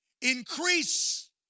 Increase